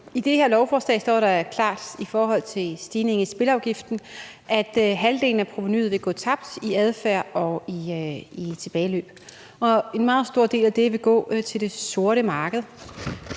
I det her lovforslag står der klart i forhold til stigningen i spilleafgiften, at halvdelen af provenuet vil gå tabt i adfærd og i tilbageløb. Og en meget stor del af det vil gå til det sorte marked.